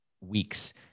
weeks